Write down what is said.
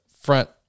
front